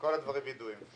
כל הדברים ידועים.